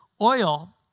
oil